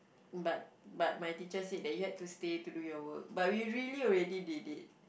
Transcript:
but but my teacher said that you had to stay to do your work but we really already did it